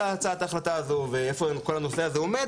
הצעת ההחלטה הזאת ואיפה כל הנושא הזה עומד